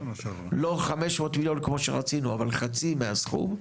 לא 500 מיליון כמו שרצינו אבל חצי מהסכום.